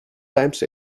times